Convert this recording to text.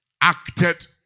Acted